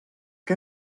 què